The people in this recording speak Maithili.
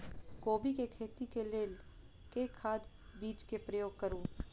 कोबी केँ खेती केँ लेल केँ खाद, बीज केँ प्रयोग करू?